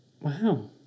Wow